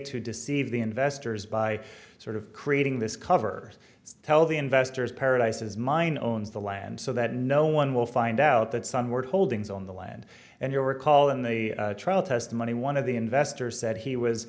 to deceive the investors by sort of creating this cover so tell the investors paradises mine owns the land so that no one will find out that sunward holdings own the land and you'll recall in the trial testimony one of the investors said he was